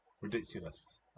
ridiculous